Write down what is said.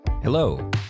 Hello